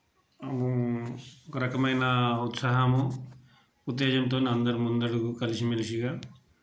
ఒక రకమైన ఉత్సాహము ఉత్తేజంతోని అందరూ ముందడుగు కలిసిమెలిసిగా